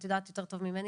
את יודעת יותר טוב ממני,